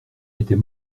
était